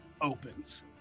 opens